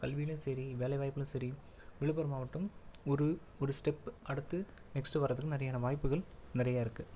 கல்விலையும் சரி வேலை வாய்ப்புலையும் சரி விழுப்புரம் மாவட்டம் ஒரு ஒரு ஸ்டெப் அடுத்து நெக்ஸ்ட் வரதுக்கு நிறையான வாய்ப்புகள் நிறையா இருக்கு